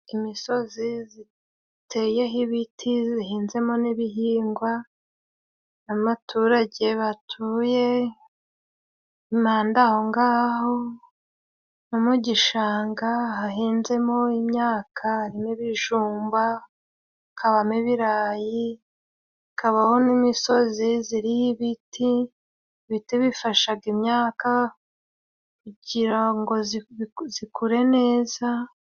Imisozi ziteyeho ibiti zihinzemo n'ibihingwa, abaturage batuye impande aho ng'aho no mu gishanga hahinzemo imyaka n' ibijumba, hakabamo ibirayi, hakabaho n'imisozi ziriho ibiti. Ibiti bifashaga imyaka kugira ngo zikure neza.